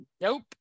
nope